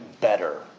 better